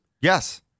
Yes